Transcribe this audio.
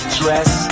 dress